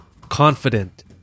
confident